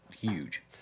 huge